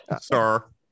sir